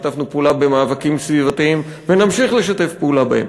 שיתפנו פעולה במאבקים סביבתיים ונמשיך לשתף פעולה בהם.